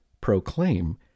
proclaim